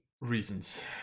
reasons